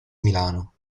milano